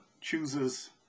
chooses